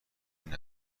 این